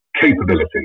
capability